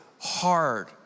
hard